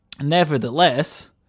Nevertheless